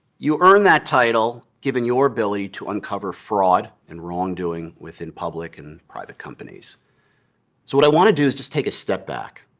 you earned that title given your ability to uncover fraud and wrongdoing within public and private companies. so what i want to do is just take a step back,